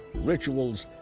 rituals,